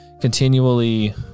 continually